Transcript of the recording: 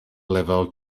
level